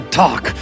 talk